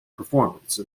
performance